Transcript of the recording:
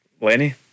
Lenny